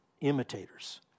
imitators